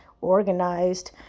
organized